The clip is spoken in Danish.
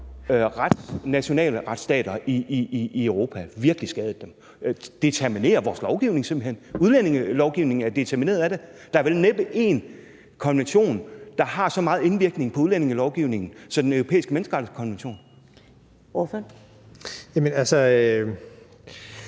nationale retsstater i Europa. Det determinerer vores lovgivning simpelt hen. Udlændingelovgivningen er determineret af det. Der er vel næppe en konvention, der har så meget indvirkning på udlændingelovgivningen som Den Europæiske Menneskerettighedskonvention. Kl. 13:57 Første